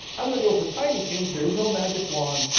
um and go for tiny change, there is no magic wand,